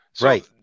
Right